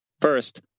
First